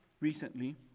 recently